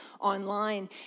online